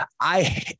I-